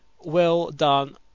well-done